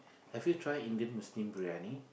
have you tried Indian Muslim biryani